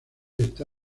está